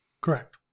Correct